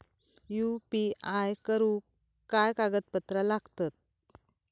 UPI करुक काय कागदपत्रा लागतत?